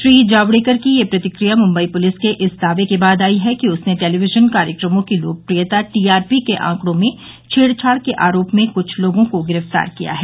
श्री जावड़ेकर की यह प्रतिक्रिया मम्बई पुलिस के इस दावे के बाद आई है कि उसने टेलीविजन कार्यक्रमों की लोकप्रियता टीआरपी के आंकड़ों में छेड़छाड़ के आरोप में कुछ लोगों को गिरफ्तार किया है